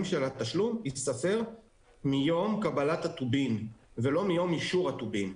התשלום ייספר מיום קבלת הטובין ולא מיום אישור הטובין.